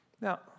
Now